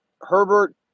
Herbert